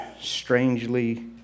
strangely